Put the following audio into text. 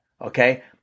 Okay